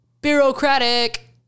Bureaucratic